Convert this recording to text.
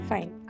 Fine